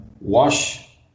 Wash